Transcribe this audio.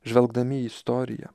žvelgdami į istoriją